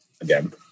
again